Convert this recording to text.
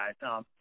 guys